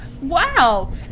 Wow